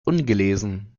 ungelesen